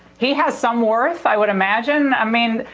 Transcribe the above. he has some worth, i would imagine. i mean,